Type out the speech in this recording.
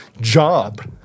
job